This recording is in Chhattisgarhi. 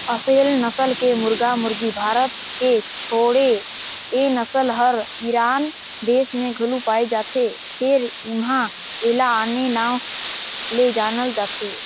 असेल नसल के मुरगा मुरगी भारत के छोड़े ए नसल हर ईरान देस में घलो पाये जाथे फेर उन्हा एला आने नांव ले जानल जाथे